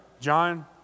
John